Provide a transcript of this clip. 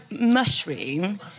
mushroom